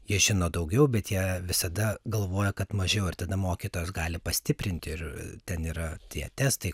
jie žino daugiau bet jie visada galvoja kad mažiau ir tada mokytojas gali pastiprinti ir ten yra tie testai